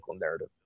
narrative